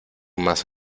más